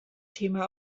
thema